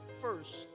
first